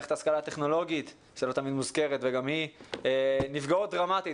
מערכת ההשכלה הטכנולוגית שלא תמיד מוזכרת נפגעות דרמטית.